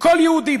מכל יהודי,